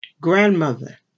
Grandmother